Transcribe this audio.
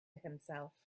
himself